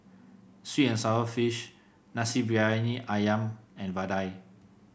sweet and sour fish Nasi Briyani ayam and vadai